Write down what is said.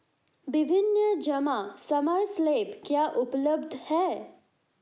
विभिन्न जमा समय स्लैब क्या उपलब्ध हैं?